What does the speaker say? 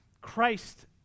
Christ